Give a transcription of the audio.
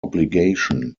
obligation